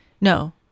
no